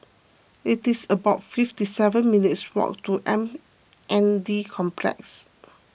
it is about fifty seven minutes' walk to M N D Complex